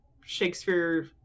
Shakespeare